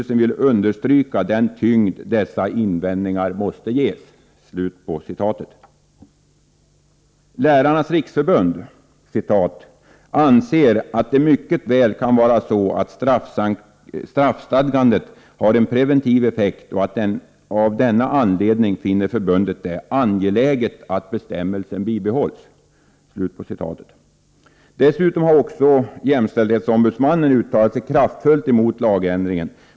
SÖ vill understryka den tyngd dessa invändningar måste ges.” Lärarnas riksförbund ”anser att det mycket väl kan vara så att straffstadgandet har en preventiv effekt och av denna anledning finner förbundet det angeläget att bestämmelsen bibehålls”. Dessutom har också jämställdhetsombudsmannen uttalat sig kraftfullt emot lagändringen.